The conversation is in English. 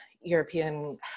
European